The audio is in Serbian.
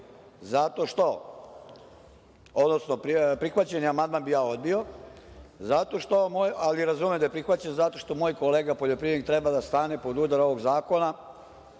zato što…Odnosno, prihvaćeni amandman bih ja odbio, ali razumem da je prihvaćen zato što moj kolega poljoprivrednik treba da stane pod udar ovog zakona